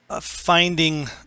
finding